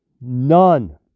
None